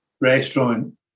restaurant